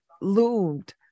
loomed